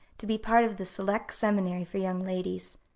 to be part of the select seminary for young ladies.